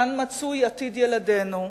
כאן מצוי עתיד ילדינו,